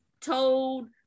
told